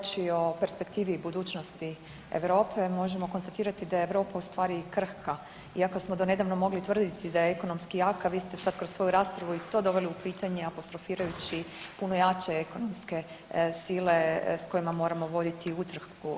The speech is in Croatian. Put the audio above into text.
Kolega Stier, govoreći o perspektivi i budućnosti Europe možemo konstatirati da je Europa ustvari krhka iako smo do nedavno mogli tvrditi da je ekonomski jaka, vi ste sad kroz svoju raspravu i to doveli u pitanje apostrofirajući puno jače ekonomske sile s kojima moramo voditi utrku.